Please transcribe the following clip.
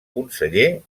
conseller